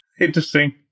Interesting